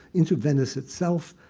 into venice itself.